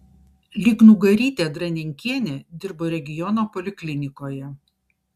lygnugarytė dranenkienė dirbo regiono poliklinikoje